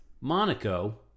Monaco